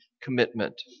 commitment